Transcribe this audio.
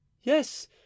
Yes